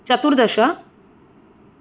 चतुर्दश